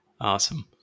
Awesome